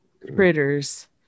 critters